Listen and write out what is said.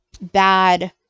bad